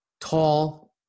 Tall